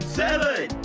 seven